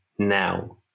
now